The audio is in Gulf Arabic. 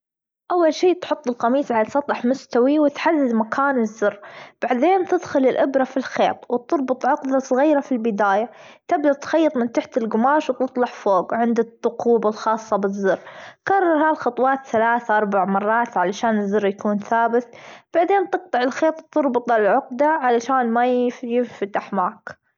أول شي تحط القميص على سطح مستوي تحذذ مكان الزر، بعدين تدخل الإبرة في الخيط وتربط عقذة صغيرة في البداية تبي تخيط من تحت القماش، وتطلع فوج عند التقوب الخاصة بالزر كرر هالخطوات ثلاث اربع مرات علشان الزر يكون ثابت، بعدين قطع الخيط وتربط العقدة علشان ما- ما ينفتح معك.